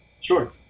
Sure